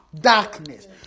darkness